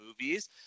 movies